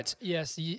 Yes